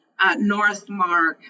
Northmark